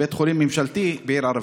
בית חולים ממשלתי בעיר ערבית?